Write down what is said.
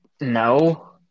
No